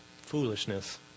foolishness